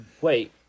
Wait